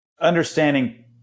understanding